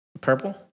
Purple